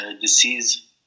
disease